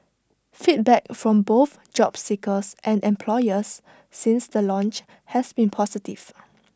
feedback from both job seekers and employers since the launch has been positive